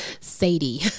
Sadie